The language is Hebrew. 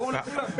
ברור לכולם מי.